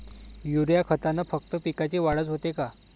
Urea खतानं फक्त पिकाची वाढच होते का?